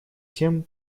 тем